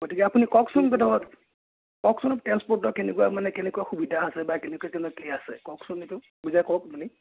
গতিকে আপুনি কওকচোন কওকচোন ট্ৰেঞ্চপৰ্টৰ কেনেকুৱা মানে কেনেকুৱা সুবিধা বা কেনেকুৱা কেনেকুৱা কি আছে কওকচোন সেইটো বুজাই কওক আপুনি